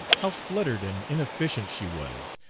how fluttered and inefficient she was!